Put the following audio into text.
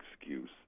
excuse